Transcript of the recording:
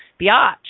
biatch